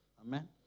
Amen